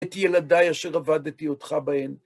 את ילדיי אשר עבדתי אותך בעין.